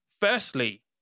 Firstly